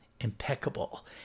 impeccable